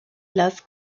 las